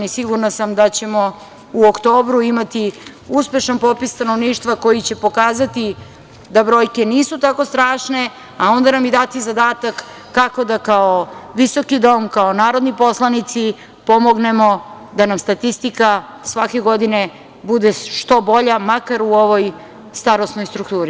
Sigurna sam da ćemo u oktobru imati uspešan popis stanovništva koji će pokazati da brojke nisu tako strašne, a onda nam i dati zadatak kako da kao visoki Dom, kao narodni poslanici pomognemo da nam statistika svake godine bude što bolja, makar u ovoj starosnoj strukturi.